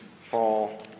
fall